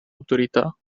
autorità